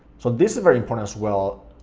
so this is very important as well,